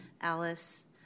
Alice